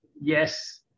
yes